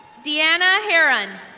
diana heron.